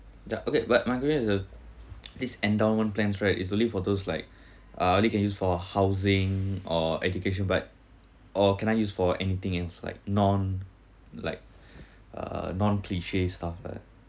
ya okay but my question is a this endowment plans right it's only for those like uh only can use for housing or education but or can I use for anything else like non like uh non cliche stuff ah